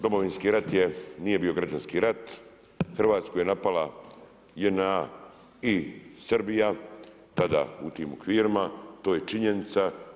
Domovinski rat nije bio građanski rat, Hrvatsku je napala JNA i Srbija tada u tim okvirima, to je činjenica.